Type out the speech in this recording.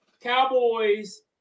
Cowboys